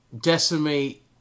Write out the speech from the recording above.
decimate